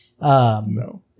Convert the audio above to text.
No